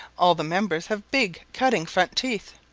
all the members have big, cutting, front teeth.